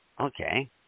okay